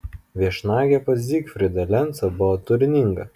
viešnagė pas zygfrydą lencą buvo turininga